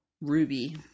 ruby